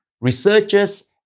researchers